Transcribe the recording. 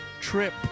trip